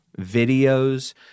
videos